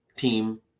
team